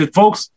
folks